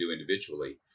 individually